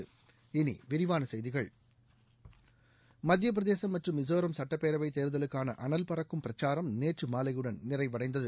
இனி விரிவான செய்திகள் மத்திய பிரதேசம் மற்றும் மிசோராம் சட்டப்டேரவைத் தேர்தலுக்காள அனல் பறக்கும் பிரக்சாரம் நேற்று மாலையுடன் நிறைவடைந்தது